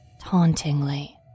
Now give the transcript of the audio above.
tauntingly